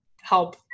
help